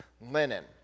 linen